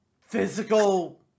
physical